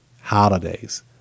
Holidays